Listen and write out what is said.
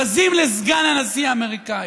בזים לסגן הנשיא האמריקני,